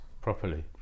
properly